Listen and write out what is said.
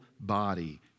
body